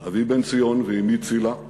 אבי בנציון ואמי צילה,